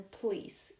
please